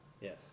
Yes